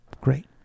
Great